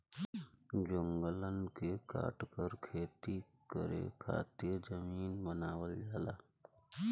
जंगलन के काटकर खेती करे खातिर जमीन बनावल जाला